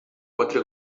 quatre